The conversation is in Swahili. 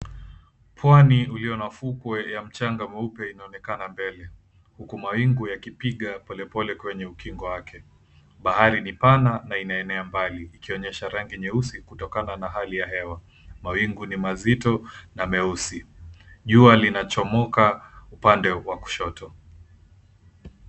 Pwani ulio na fukwe wenye mchanga mweupe inaonekana mbele. Huku mawingu yakipiga polepole kwenye ukingo wake. Bahari ni pana na inaenea mbali ikionyesha rangi nyeusi kutokana na hali ya hewa. Mawingu ni mazito na meusi. Jua linachomoka upande wa kushoto.